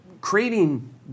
creating